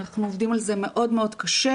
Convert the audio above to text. אנחנו עובדים על זה מאוד מאוד קשה,